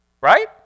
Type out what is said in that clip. Right